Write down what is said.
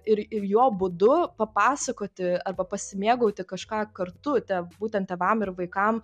ir ir jo būdu papasakoti arba pasimėgauti kažką kartu te būtent tėvam ir vaikam